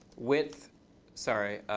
width sorry.